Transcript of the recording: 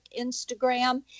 Instagram